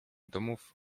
domów